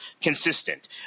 consistent